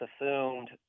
assumed